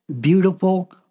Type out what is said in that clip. beautiful